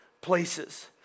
places